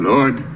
Lord